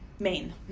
Maine